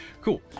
Cool